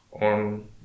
on